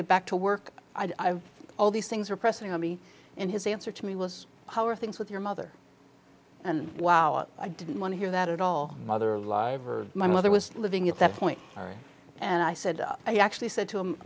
get back to work all these things are pressing on me and his answer to me was how are things with your mother and wow i didn't want to hear that at all mother alive or my mother was living at that point and i said i actually said to him